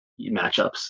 matchups